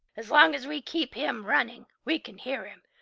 as long as we keep him running, we can hear him,